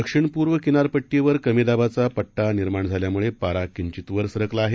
दक्षिण पूर्व किनारपट्टीवर कमी दाबाचा पट्टा निर्माण झाल्यामुळे पारा किंचित वर सरकला आहे